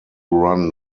run